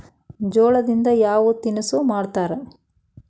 ಜೋಳದಿಂದ ಯಾವ ತಿನಸು ಮಾಡತಾರ?